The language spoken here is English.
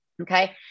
Okay